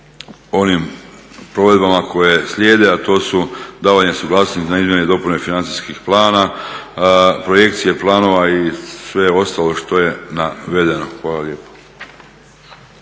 onim provedbama koje slijede, a to su davanje suglasnosti na izmjene i dopune financijskih plana, projekcija planova i sve ostalo što je navedeno. Hvala lijepo.